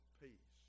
peace